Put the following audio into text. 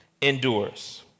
endures